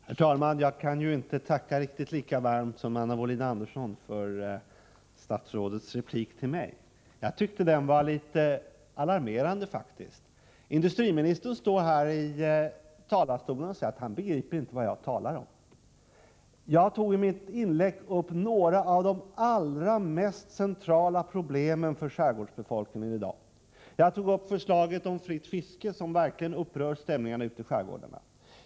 Herr talman! Jag kan ju inte tacka riktigt lika varmt som Anna Wohlin Andersson för statsrådets replik till mig. Jag tyckte faktiskt att den var litet alarmerande. Industriministern står här i talarstolen och säger att han inte begriper vad jag talar om. Jag tog i mitt inlägg upp några av de allra mest centrala problemen för skärgårdsbefolkningen i dag. Jag tog upp förslaget om fritt fiske, som verkligen upprör stämningarna ute i skärgårdarna.